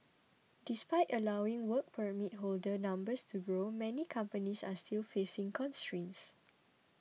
despite allowing Work Permit holder numbers to grow many companies are still facing constraints